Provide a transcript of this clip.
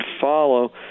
follow